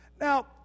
Now